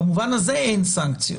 במובן הזה אין סנקציות.